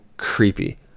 Creepy